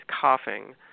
coughing